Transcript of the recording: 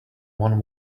one